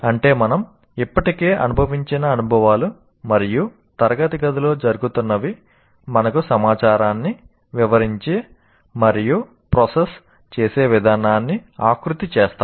అంటే మనం ఇప్పటికే అనుభవించిన అనుభవాలు మరియు తరగతి గదిలో జరుగుతున్నవి మనం సమాచారాన్ని వివరించే మరియు ప్రాసెస్ చేసే విధానాన్ని ఆకృతి చేస్తాయి